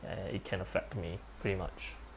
uh it can affect me pretty much